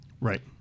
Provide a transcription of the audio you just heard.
Right